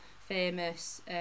famous